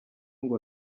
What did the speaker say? ngo